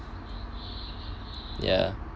ya